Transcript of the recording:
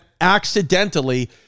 accidentally